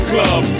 Club